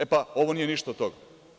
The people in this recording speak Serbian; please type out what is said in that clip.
E, pa ovo nije ništa od toga.